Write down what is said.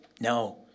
No